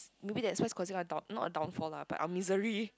maybe that's why causing our not a downfall lah but our misery